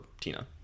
Tina